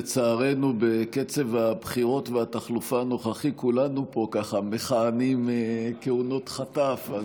לצערנו בקצב הבחירות והתחלופה הנוכחי כולנו פה מכהנים כהונות חטף.